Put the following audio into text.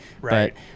Right